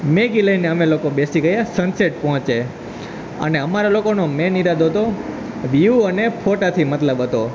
Maggi લઈને અમે લોકો બેસી ગયા સન સેટ પહોંચે અને અમારા લોકોનો મેઈન ઈરાદો હતો વ્યૂ અને ફોટાથી મતલબ હતો